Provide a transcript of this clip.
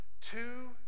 Two